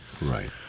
Right